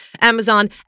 Amazon